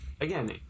again